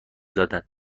دادند